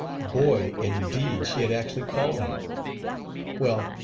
boy indeed she had actually called him well,